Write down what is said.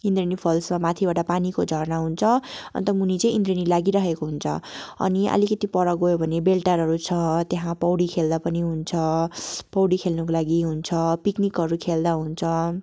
इन्द्रणी फल्समा माथिबाट पानीको झर्ना हुन्छ अन्त मुनि चाहिँ इन्द्रणी लागि राखेको हुन्छ अनि आलिकति पर गयो भने बेलटारहरू छ त्यहाँ पौडी खेल्दा पनि हुन्छ पौडी खेल्नुको लागि हुन्छ पिकनिकहरू खेल्दा हुन्छ